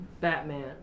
Batman